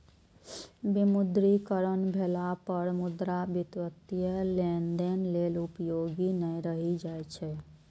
विमुद्रीकरण भेला पर मुद्रा वित्तीय लेनदेन लेल उपयोगी नै रहि जाइ छै